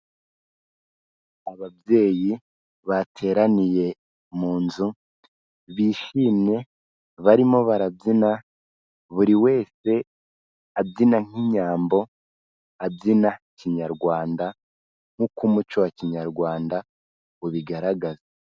Ababyeyi bateraniye mu nzu, bishimye, barimo barabyina, buri wese abyina nk'inyambo, abyina kinyarwanda nk'uko umuco wa kinyarwanda ubigaragaza.